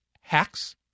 hacks